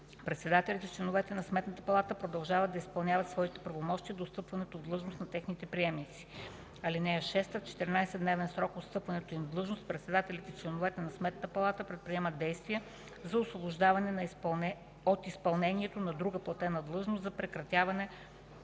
Председателят и членовете на Сметната палата продължават да изпълняват своите правомощия до встъпването в длъжност на техните приемници. (6) В 14-дневен срок от встъпването им в длъжност председателят и членовете на Сметната палата предприемат действия за освобождаване от изпълнението на друга платена длъжност и за прекратяване